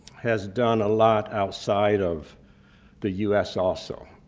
has done a lot outside of the us, also.